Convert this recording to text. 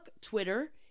Twitter